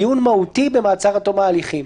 דיון מהותי במעצר עד תום ההליכים?